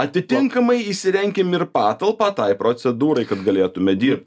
atitinkamai įsirenkim ir patalpą tai procedūrai kad galėtume dirbt